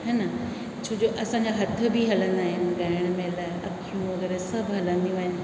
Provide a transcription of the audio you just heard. छोजो असांजा हथ बि हलंदा आहिनि ॻाइण महिल अखियूं वग़ैरह सभु हलंदियूं आहिनि